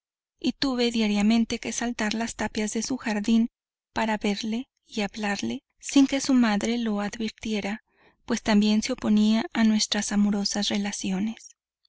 y tuve diariamente que saltar las tapias de su jardín para verla y hablarla sin que su madre lo advirtiera pues también se oponía a nuestras amorosas relaciones